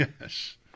Yes